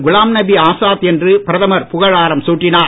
குலாம் நபி ஆசாத் என்றும் பிரதமர் புகழாரம் சூட்டினார்